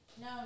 no